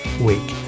week